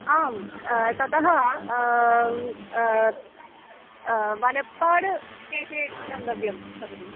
आं ततः वलप्पाड्देशे गन्तव्यं भवति